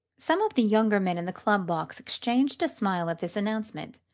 some of the younger men in the club box exchanged a smile at this announcement,